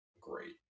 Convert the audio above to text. great